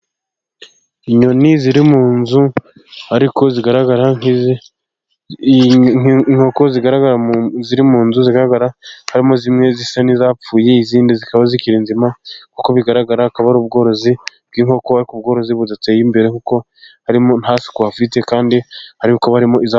Inyoni ziri mu nzu ariko zigaragara nk'inkoko, zigaragara ziri mu nzu, zigaragara harimo zimwe zisa n'izapfuye, izindi zikaba zikiri nzima, nk'uko bigaragara akaba ari ubworozi bw'inkoko, ariko ubworozi budateye imbere, kuko harimo, nta suku hafite, kandi hari kuba harimo izapfuye.